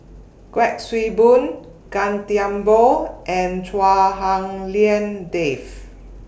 Kuik Swee Boon Gan Thiam Poh and Chua Hak Lien Dave